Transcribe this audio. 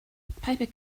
paper